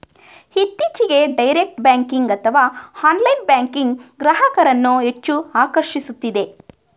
ಇತ್ತೀಚೆಗೆ direct banking ಅಥವಾ online banking ಗ್ರಾಹಕರನ್ನು ಹೆಚ್ಚು ಆಕರ್ಷಿಸುತ್ತಿದೆ